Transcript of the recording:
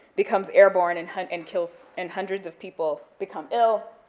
becomes airborne and and kills, and hundreds of people become ill,